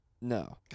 no